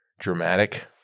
dramatic